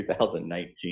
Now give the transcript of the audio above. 2019